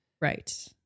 Right